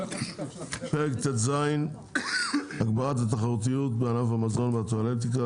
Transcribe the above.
הנושא פרק ט"ז (הגברת התחרותיות בענף המזון והטואלטיקה)